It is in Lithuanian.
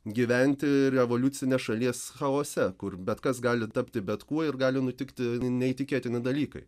gyventi revoliucine šalies chaose kur bet kas gali tapti bet kuo ir gali nutikti neįtikėtini dalykai